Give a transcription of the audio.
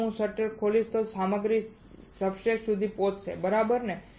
જો હું શટર ખોલીશ તો ફક્ત સામગ્રી જ સબસ્ટ્રેટ સુધી પહોંચશે બરાબર ને